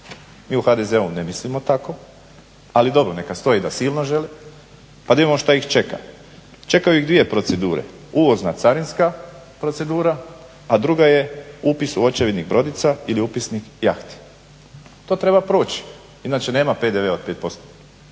Mi u HDZ-u ne mislimo tako, ali dobro, neka stoji da silno želimo pa da vidimo što ih čeka. Čekaju ih dvije procedure: uvozna carinska procedura, a druga je upis u očevidnik brodica ili upisnik jahti. To treba proći inače nema PDV-a od 5%